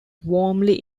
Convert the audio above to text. warmly